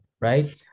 right